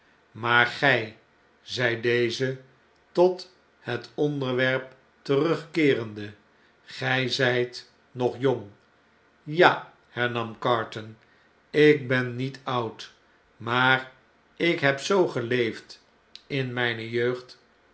maar gy zei deze tot het onderwerp terugkeerende gjj zjjt nog jong b ja hernam carton ik ben niet oud maar ik heb zoo geleefd in mijne jeugd